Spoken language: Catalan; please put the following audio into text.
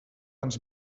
ens